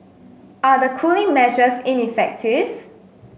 are the cooling measures ineffective